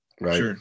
right